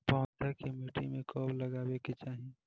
पौधा के मिट्टी में कब लगावे के चाहि?